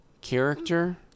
character